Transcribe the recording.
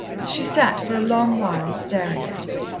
she sat for a long while staring at it.